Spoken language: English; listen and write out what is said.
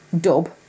dub